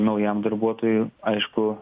naujam darbuotojui aišku